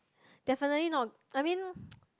definitely not I mean